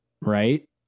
right